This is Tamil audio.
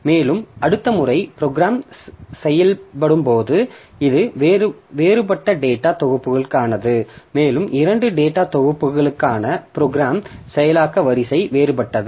மேலும் அடுத்த முறை ப்ரோக்ராம் செய்யப்படும்போது இது வேறுபட்ட டேட்டா தொகுப்புகளுக்கானது மேலும் 2 டேட்டா தொகுப்புகளுக்கான ப்ரோக்ராம் செயலாக்க வரிசை வேறுபட்டது